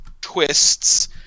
twists